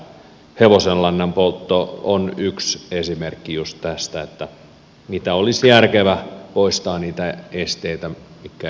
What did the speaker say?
hevosenlannan poltto on yksi esimerkki juuri tästä mistä olisi järkevä poistaa niitä esteitä mitkä estävät tämän vielä